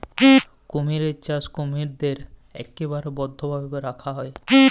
কুমির চাষে কুমিরদ্যার ইকবারে বদ্ধভাবে রাখা হ্যয়